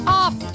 off